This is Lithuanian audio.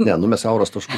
ne nu mes auros taškų